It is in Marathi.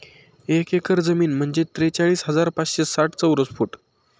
एक एकर जमीन म्हणजे त्रेचाळीस हजार पाचशे साठ चौरस फूट